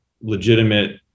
legitimate